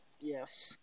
Yes